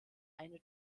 eine